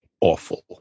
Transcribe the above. awful